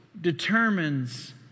Determines